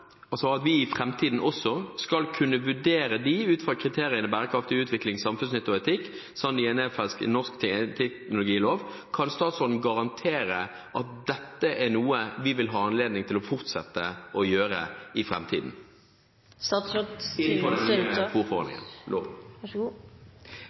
ut fra kriteriene bærekraftig utvikling, samfunnsnytte og etikk, slik det er nedfelt i norsk genteknologilov? Kan statsråden garantere at dette er noe vi i framtiden vil ha anledning til å fortsette å gjøre – innenfor den nye fôrforordningen, innenfor loven? For oss er genteknologiloven helt avgjørende i